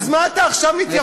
אז מה אתה עכשיו מתייפייף?